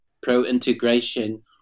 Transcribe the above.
pro-integration